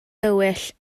dywyll